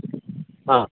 ആ